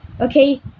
Okay